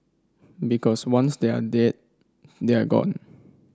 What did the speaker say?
because once they're dead they're gone